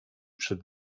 przed